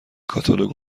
کاتالوگ